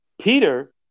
Peter